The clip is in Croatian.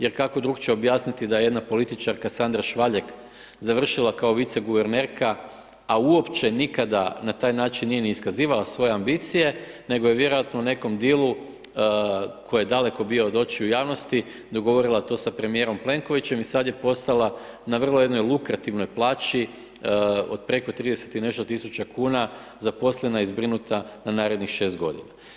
Jer kako drukčije objasniti da jedna političarka Sandra Švaljek završila kao viceguvernerka, a uopće nikada na taj način nije niti iskazivala svoje ambicije, nego je vjerojatno u nekom dilu koje je daleko bio od očiju javnosti dogovorila to sa premijerom Plenkovićem i sada je postala na vrlo jednoj lukretivnoj plaći od preko 30 i nešto tisuća kuna zaposlena i zbrinuta na narednih 6 godina.